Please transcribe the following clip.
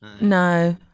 no